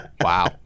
Wow